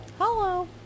Hello